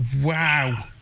Wow